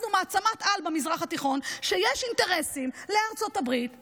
מה נראה לכם שארצות הברית עשתה,